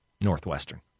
northwestern